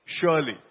surely